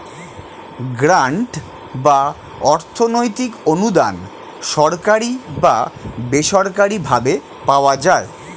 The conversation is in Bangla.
গ্রান্ট বা অর্থনৈতিক অনুদান সরকারি বা বেসরকারি ভাবে পাওয়া যায়